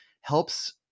helps